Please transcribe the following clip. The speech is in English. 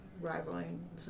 rivaling